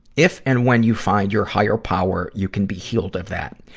if and when you find your higher power, you can be healed of that.